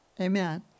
Amen